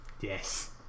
Yes